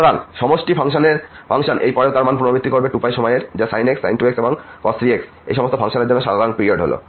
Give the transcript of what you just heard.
সুতরাং সমষ্টি ফাংশন এই পরেও তার মান পুনরাবৃত্তি করবে 2π সময়ের যা sin x sin 2x এবং cos 3x এই সমস্ত ফাংশনের সাধারণ পিরিয়ড হল